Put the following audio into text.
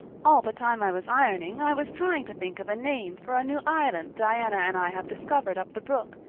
all the time i was ironing i was trying to think of a name for a new island diana and i have discovered up the brook.